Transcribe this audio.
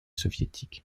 soviétiques